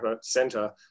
Center